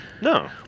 No